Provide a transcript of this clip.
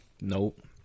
nope